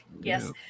Yes